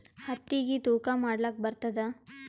ಹತ್ತಿಗಿ ತೂಕಾ ಮಾಡಲಾಕ ಬರತ್ತಾದಾ?